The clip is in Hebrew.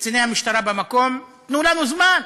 לקציני המשטרה במקום: תנו לנו זמן,